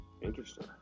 Interesting